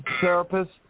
therapist